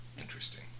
Interesting